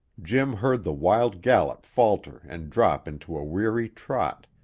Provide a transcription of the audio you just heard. jim heard the wild gallop falter and drop into a weary trot,